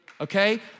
Okay